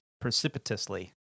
precipitously